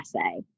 essay